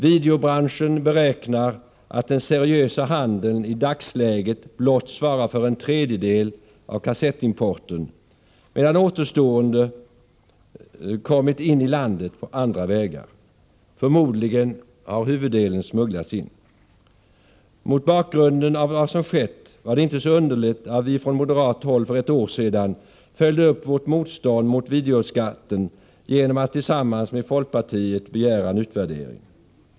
Videobranschen beräknar att den seriösa handeln i dagsläget blott svarar för en tredjedel av kassettimporten, medan återstoden kommit in i landet på andra vägar. Förmodligen har huvuddelen smugglats in. Mot bakgrund av vad som skett var det inte så underligt att vi från moderat håll för ett år sedan följde upp vårt motstånd mot videoskatten genom att tillsammans med folkpartiet begära en utvärdering.